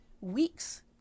Weeks